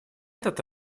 этот